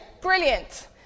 brilliant